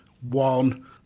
One